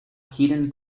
hidden